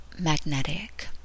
magnetic